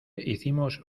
hicimos